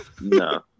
No